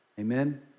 amen